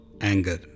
anger